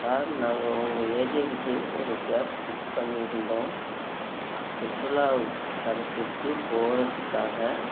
sir நாங்கள் உங்கள் ஏஜென்சியில் ஒரு கேப் புக் பண்ணி இருந்தோம் சுற்றுலாதலத்திற்கு போகிறதுக்காக